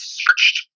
searched